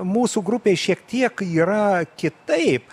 mūsų grupei šiek tiek yra kitaip